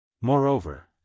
Moreover